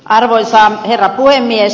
arvoisa herra puhemies